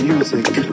Music